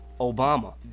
Obama